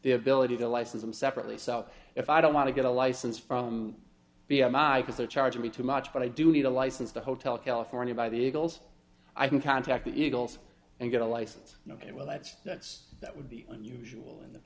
the ability to license them separately so if i don't want to get a license from b m i because they're charging me too much but i do need a license to hotel california by the eagles i can contact the eagles and get a license ok well that's that's that would be unusual